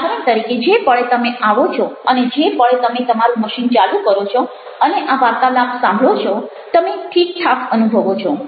ઉદાહરણ તરીકે જે પળે તમે આવો છો અને જે પળે તમે તમારું મશીન ચાલુ કરો છો અને આ વાર્તાલાપ સાંભળો છો તમે ઠીકઠાક અનુભવો છો